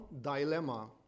dilemma